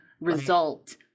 result